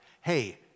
hey